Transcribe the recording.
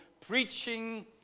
preaching